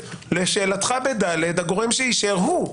לשאלתך ב-ד הגורם שאישר הוא.